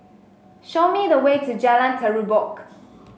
show me the way to Jalan Terubok